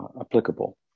applicable